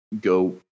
go